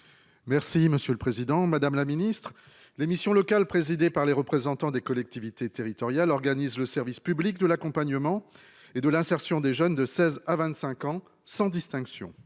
Merci, monsieur le Président Madame la Ministre les missions locales présidée par les représentants des collectivités territoriales organise le service public de l'accompagnement et de l'insertion des jeunes de 16 à 25 ans sans distinction.